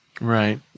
right